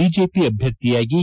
BJP ಅಭ್ಯರ್ಥಿಯಾಗಿ K